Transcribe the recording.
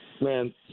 Man